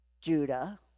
Judah